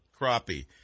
crappie